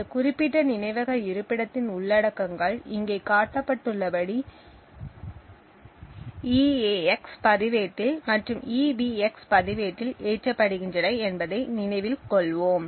இந்த குறிப்பிட்ட நினைவக இருப்பிடத்தின் உள்ளடக்கங்கள் இங்கே காட்டப்பட்டுள்ளபடி ஈஎஎக்ஸ் பதிவேட்டில் மற்றும் ஈபிஎக்ஸ் பதிவேட்டில் ஏற்றப்படுகின்றன என்பதை நினைவில் கொள்வோம்